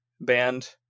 band